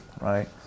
right